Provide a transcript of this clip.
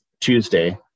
Tuesday